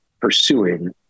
pursuing